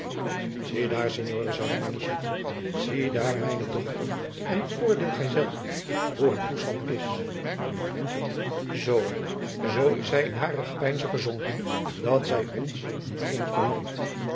daar signore zeide manichetti zie daar mijne dochter en oordeel gij zelve hoe haar toestand is zoo zoo is zijn in hare gepeinzen verzonken dat zij ons niet eens bemerkt